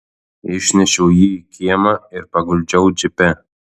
išnešiau jį į kiemą ir paguldžiau džipe